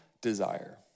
desire